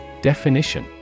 Definition